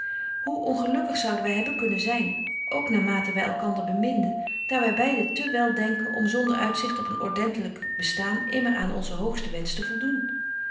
hoe ongelukkig zouden wy hebben kunnen zyn ook naar mate wy elkander beminden daar wy beide te wel denken om zonder uitzigt op een ordentelyk bestaan immer aan onzen hoogsten wensch te voldoen